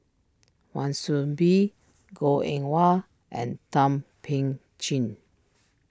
Wan Soon Bee Goh Eng Wah and Thum Ping Tjin